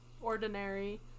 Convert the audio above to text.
ordinary